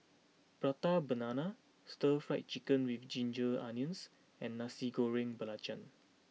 Prata Banana Stir Fry Chicken with Ginger Onions and Nasi Goreng Belacan